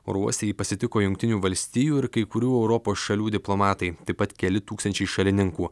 oro uoste jį pasitiko jungtinių valstijų ir kai kurių europos šalių diplomatai taip pat keli tūkstančiai šalininkų